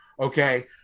okay